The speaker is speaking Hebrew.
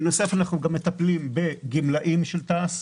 בנוסף אנחנו גם מטפלים בגמלאים של תע"ש,